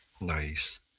nice